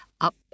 up